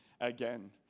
again